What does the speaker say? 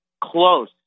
close